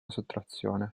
sottrazione